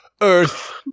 Earth